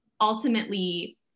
ultimately